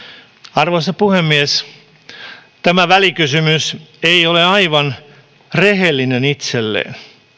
arvoisa puhemies tämä välikysymys ei ole aivan rehellinen itselleen